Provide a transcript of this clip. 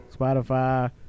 Spotify